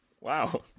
Wow